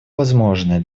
возможное